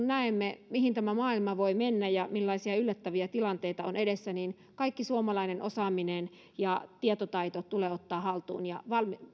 näemme mihin tämä maailma voi mennä ja millaisia yllättäviä tilanteita on edessä kaikki suomalainen osaaminen ja tietotaito tulee ottaa haltuun ja